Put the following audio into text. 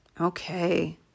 Okay